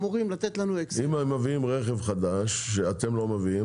אם הם מביאים רכב חדש שאתם לא מביאים,